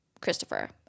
Christopher